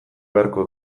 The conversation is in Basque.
beharko